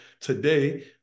today